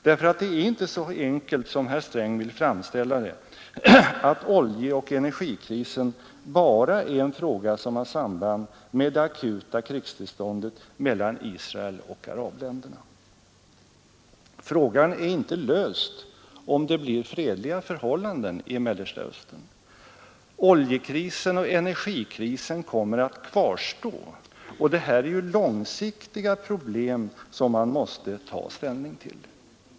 Det är nämligen inte så enkelt som herr Sträng vill framställa det, att oljeoch energikrisen bara har samband med det akuta krigstillståndet mellan Israel och arabländerna. Frågan är inte löst om det blir fredliga förhållanden i Mellersta Östern. Oljekrisen och energikrisen kommer att kvarstå, och det här är långsiktiga problem som man måste ta ställning till.